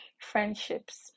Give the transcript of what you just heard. friendships